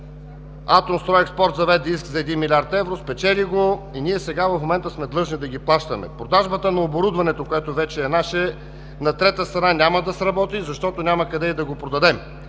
„Атомстройекспорт“ заведе иск за 1 млрд. евро, спечели го и ние в момента сме длъжни да ги плащаме. Продажбата на оборудването, което вече е наше, на трета страна няма да сработи, защото няма къде да го продадем.